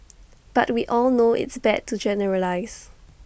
but we all know it's bad to generalise